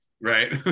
right